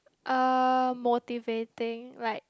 uh motivating like